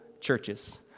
churches